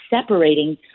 separating